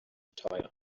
tire